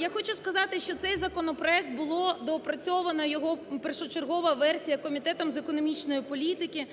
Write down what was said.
Я хочу сказати, що цей законопроект було доопрацьовано, його першочергова версія, Комітетом з економічної політики.